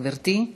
תודה, גברתי.